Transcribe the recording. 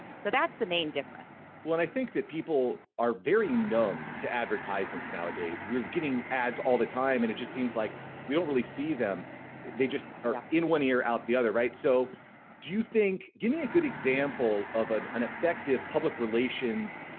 so that's the main difference. well and i think that people are very numb to advertisements nowadays we're getting ads all the time and it just seems like we don't really see them they just are in one ear out the other right so do you think give me a good example of an an effective public relations